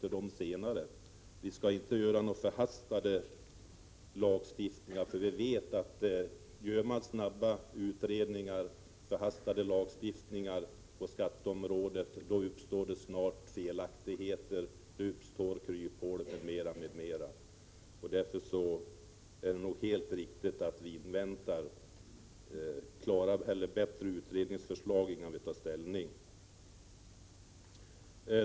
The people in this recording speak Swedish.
Vi skall inte fatta några förhastade lagstiftningsbeslut på skatteområdet. Alltför snabba utredningar med åtföljande förhastade lagförslag på skatteområdet leder till att felaktigheter, kryphål m.m. snabbt uppstår.